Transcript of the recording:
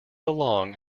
along